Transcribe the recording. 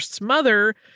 mother